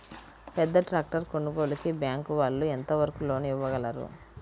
పెద్ద ట్రాక్టర్ కొనుగోలుకి బ్యాంకు వాళ్ళు ఎంత వరకు లోన్ ఇవ్వగలరు?